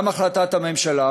גם בהחלטת הממשלה,